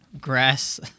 grass